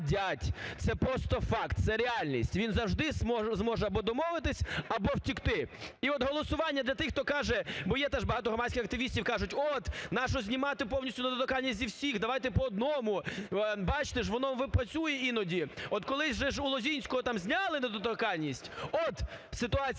це просто факт, це реальність, він завжди зможе або домовитися, або втекти. І от голосування для тих, хто каже, бо є теж багато громадських активістів, кажуть, от нащо знімати повністю недоторканність з усіх, давайте по одному, бачите, воно працює іноді. От колись у Лозинського там зняли недоторканність, от ситуація